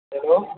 hello